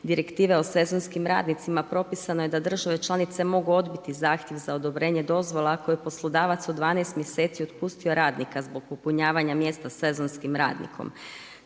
direktive o sezonskim radnicima propisano je da države članice mogu odbiti zahtjev za odobrenje dozvola ako je poslodavac u 12 mjeseci otpustio radnika zbog popunjavanja mjesta sezonskim radnikom.